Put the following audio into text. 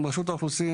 עם רשות האוכלוסין,